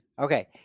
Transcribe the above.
Okay